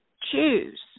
choose